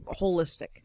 holistic